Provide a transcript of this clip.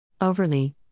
Overly